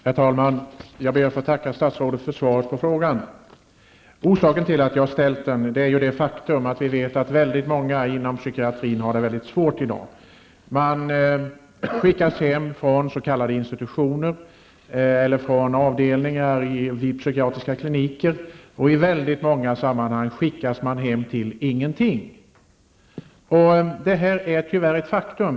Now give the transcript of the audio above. Herr talman! Jag tackar statsrådet för svaret på min fråga. Orsaken till att jag ställde den är det faktum att väldigt många människor inom psykiatrin har det mycket svårt i dag. De skickas hem från s.k. institutioner eller från avdelningar vid psykiatriska kliniker. I väldigt många sammanhang skickas de hem till ingenting. Det är tyvärr ett faktum.